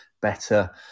better